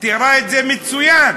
תיארה את זה מצוין,